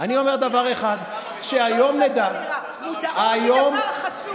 אני אומר דבר אחד: היום נדע, מודעות היא דבר חשוב.